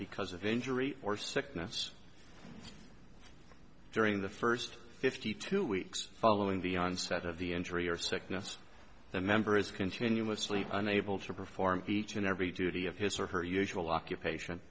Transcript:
because of injury or sickness during the first fifty two weeks following the onset of the injury or sickness the member is continuously unable to perform each and every duty of his or her usual occupation